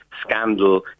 scandal